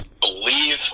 believe